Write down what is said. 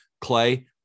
Clay